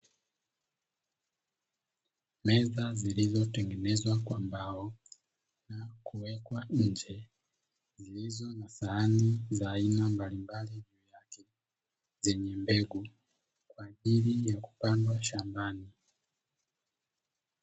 Meza zilizotengezewa kwa mbao na kuwekwa nje zilizo na sahani za aina mbalimbali, zenye mbegu kwa ajili ya kupanda shambani.